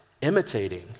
imitating